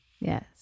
Yes